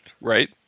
Right